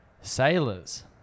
sailors